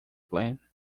plan